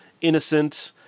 innocent